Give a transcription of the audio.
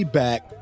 back